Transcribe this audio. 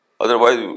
otherwise